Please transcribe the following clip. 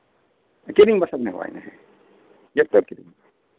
ᱠᱤᱨᱤᱧ ᱵᱷᱚᱨᱥᱟ ᱪᱟᱞᱟᱣ ᱮᱱᱟ ᱡᱚᱛᱚ ᱠᱤᱨᱤᱧ